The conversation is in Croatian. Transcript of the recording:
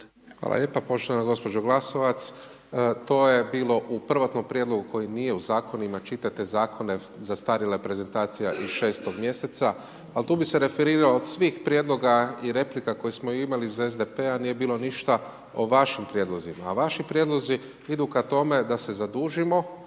Hvala lijepa poštovana gospođo Glasovac. To je bilo u prvotnom prijedlogu koji nije u zakonima, čitate zakone, zastarjela prezentacija iz 6 mjeseca, ali tu bih se referirao od svih prijedloga i replika koje smo imali iz SDP-a nije bilo ništa o vašim prijedlozima, a vaši prijedlozi idu ka tome da se zadužimo